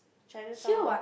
Chinatown